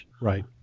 right